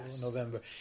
November